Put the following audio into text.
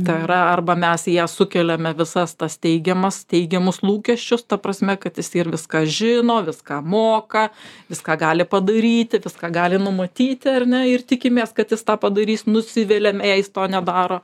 tai yra arba mes į ją sukeliame visas tas teigiamas teigiamus lūkesčius ta prasme kad jisai ir viską žino viską moka viską gali padaryti viską gali numatyti ar ne ir tikimės kad jis tą padarys nusiviliame jei jis to nedaro